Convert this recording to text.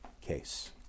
case